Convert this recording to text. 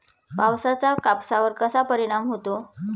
पावसाचा कापसावर कसा परिणाम होतो?